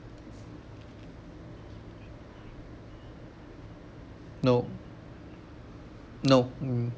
no no mm